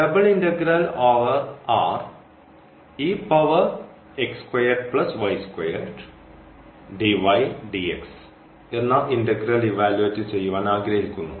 എന്ന integral evaluate ചെയ്യുവാൻ ആഗ്രഹിക്കുന്നു